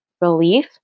relief